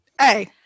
Hey